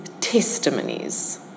testimonies